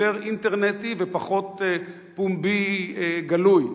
יותר אינטרנטי ופחות פומבי גלוי.